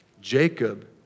Jacob